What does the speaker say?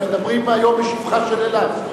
אנחנו מדברים היום בשבחה של אילת.